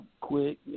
Quick